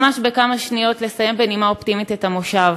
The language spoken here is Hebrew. ממש בכמה שניות לסיים בנימה אופטימית את המושב.